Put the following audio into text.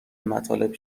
مطالب